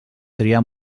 triar